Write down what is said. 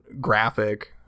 graphic